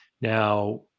Now